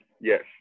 Yes